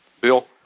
Bill